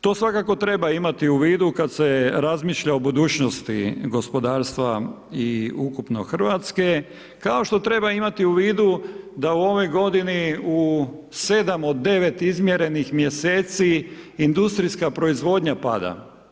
To svakako treba imati u vidu kada se razmišlja o budućnosti gospodarstva i ukupno RH, kao što treba imati u vidu da u ovoj godini u 7 od 9 izmjerenih mjeseci, industrijska proizvodnja pada.